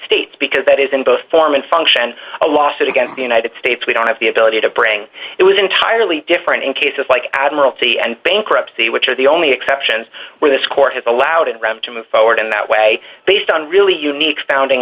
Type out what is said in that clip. states because that is in both form and function a lawsuit against the united states we don't have the ability to bring it was entirely different in cases like admiralty and bankruptcy which are the only exceptions where this court has allowed ram to move forward in that way based on really unique founding